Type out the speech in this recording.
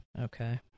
Okay